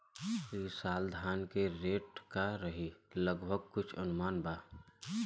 ई साल धान के रेट का रही लगभग कुछ अनुमान बा?